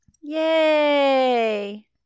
Yay